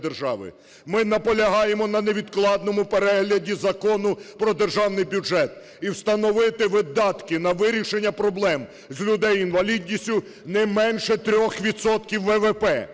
Ми наполягаємо на невідкладному перегляді Закону "Про Державний бюджет" і встановити видатки на вирішення проблем людей з інвалідністю не менше 3